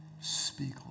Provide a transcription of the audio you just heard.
Speak